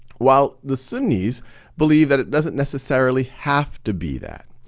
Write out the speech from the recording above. while the sunnis believe that it doesn't necessarily have to be that.